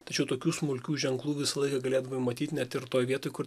tačiau tokių smulkių ženklų visą laiką galėdavai matyt net ir toj vietoj kur